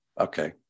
Okay